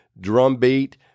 drumbeat